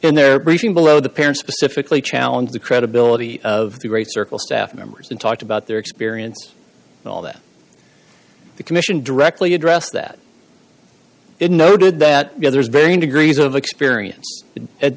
in their briefing below the parents specifically challenge the credibility of the great circle staff members and talked about their experience and all that the commission directly addressed that it noted that yeah there's varying degrees of experience at